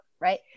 right